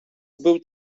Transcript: był